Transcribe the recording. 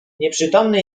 nieprzytomny